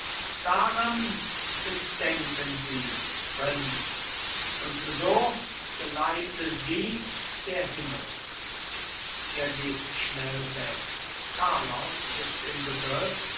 daran gedenken sie prinz und so geleite sie der himmel er geht schnell weg carlos ist im begriff